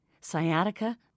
sciatica